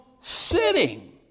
sitting